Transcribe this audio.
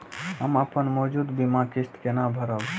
हम अपन मौजूद बीमा किस्त केना भरब?